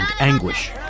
anguish